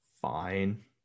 fine